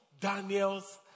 Daniel's